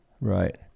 Right